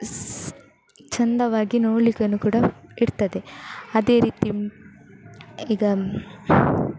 ಸ್ ಚೆಂದವಾಗಿ ನೋಡಲಿಕ್ಕೂನು ಕೂಡ ಇರ್ತದೆ ಅದೇ ರೀತಿ ಈಗ